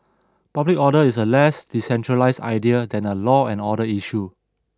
public order is a less decentralised idea than a law and order issue